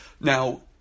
now